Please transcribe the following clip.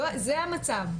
זה המצב.